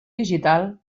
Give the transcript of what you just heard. digital